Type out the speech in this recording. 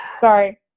Sorry